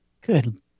good